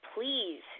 please